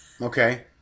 Okay